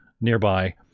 nearby